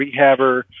rehabber